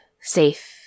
safe